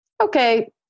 okay